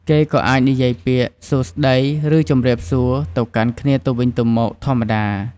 គេក៏អាចនិយាយពាក្យ សួស្ដី ឬ ជម្រាបសួរ ទៅកាន់គ្នាទៅវិញទៅមកធម្មតា។